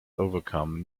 overcome